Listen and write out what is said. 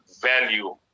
value